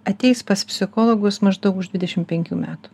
ateis pas psichologus maždaug už dvidešim penkių metų